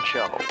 Show